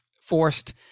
forced